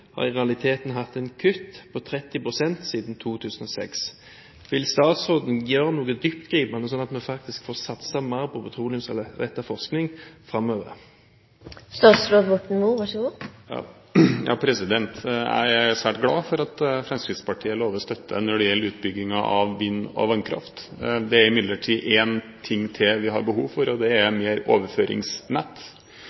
– i realiteten har hatt et kutt på 30 pst. siden 2006. Vil statsråden gjøre noe dyptgripende, slik at man faktisk får satset mer på petroleumsrettet forskning framover? Jeg er svært glad for at Fremskrittspartiet lover støtte når det gjelder utbygging av vind- og vannkraft. Det er imidlertid en ting til vi har behov for, og det er